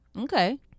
okay